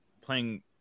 playing